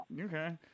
Okay